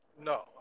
No